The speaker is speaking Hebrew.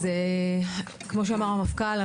כמו שאמר המפכ"ל,